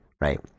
Right